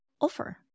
offer